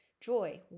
Joy